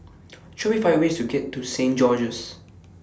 Show Me five ways to get to Saint George's